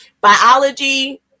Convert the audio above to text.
biology